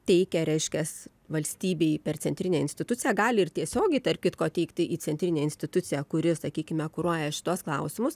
teikia reiškias valstybei per centrinę instituciją gali ir tiesiogiai tarp kitko teikti į centrinę instituciją kuri sakykime kuruoja šituos klausimus